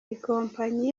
ikompanyi